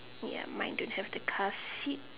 ya mine don't have the car seat